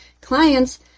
clients